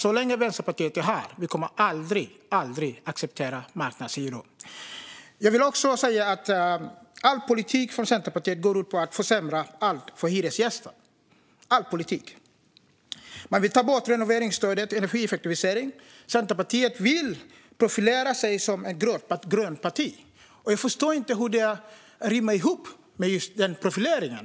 Så länge Vänsterpartiet är här kommer vi aldrig att acceptera marknadshyror. Jag vill också säga att all politik från Centerpartiet går ut på att försämra allt för hyresgästen. Man vill ta bort stödet till renovering och energieffektivisering. Centerpartiet vill profilera sig som ett grönt parti, och jag förstår inte hur detta rimmar med den profileringen.